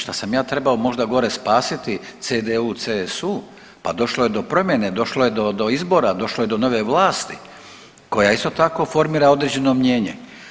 Šta sam ja trebamo možda gore spasiti CDU, CSU, pa došlo je do promjene, došlo je do izbora, došlo je do nove vlasti koja isto tako formira određeno mijenje.